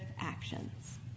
actions